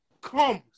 comes